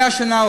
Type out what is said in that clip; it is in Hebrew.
100 שנה,